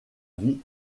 vie